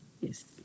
Yes